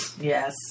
Yes